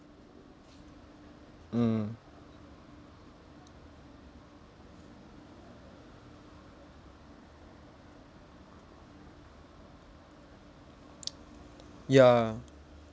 mm ya